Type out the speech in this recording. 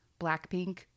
blackpink